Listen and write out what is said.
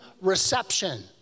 reception